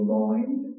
mind